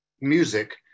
music